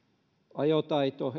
ajotaito